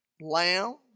lamb